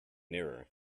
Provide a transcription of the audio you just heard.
nearer